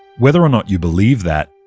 whether or not you believe that,